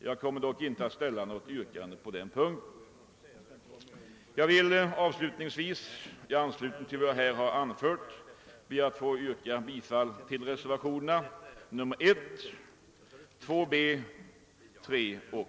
Jag kommer dock inte att ställa något vrkande på den punkten. Jag vill avslutningsvis i anslutning till vad jag här har anfört be att få yrka bifall till reservationerna 1, 2 b, 3 och 4.